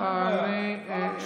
אין בעיה.